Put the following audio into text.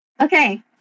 Okay